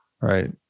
right